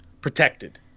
protected